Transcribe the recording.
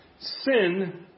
Sin